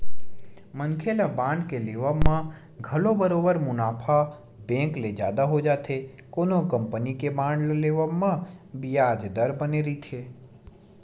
मनखे ल बांड के लेवब म घलो बरोबर मुनाफा बेंक ले जादा हो जाथे कोनो कंपनी के बांड ल लेवब म बियाज दर बने रहिथे